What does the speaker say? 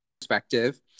perspective